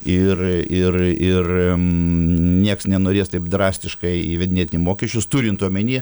ir ir ir nieks nenorės taip drastiškai įvedinėti mokesčius turint omenyje